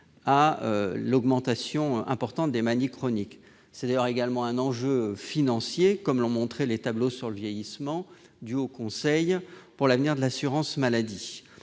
à l'augmentation importante des maladies chroniques. C'est également un enjeu financier, comme l'ont montré les travaux sur le vieillissement du Haut Conseil pour l'avenir de l'assurance maladie.